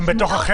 הם בתוך החדר?